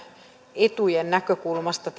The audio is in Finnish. etujen näkökulmasta